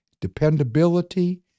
dependability